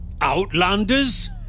Outlanders